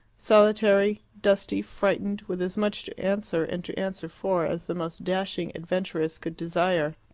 solitary, dusty, frightened, with as much to answer and to answer for as the most dashing adventuress could desire.